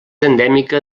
endèmica